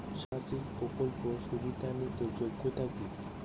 সামাজিক প্রকল্প সুবিধা নিতে যোগ্যতা কি?